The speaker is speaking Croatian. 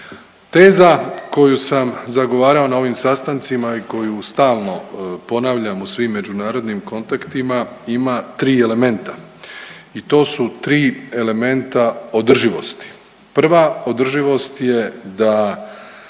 Teza koju sam zagovarao na ovim sastancima i koju stalno ponavljam u svim međunarodnim kontaktima ima tri elementa i to su tri elementa održivosti. Prva održivost je da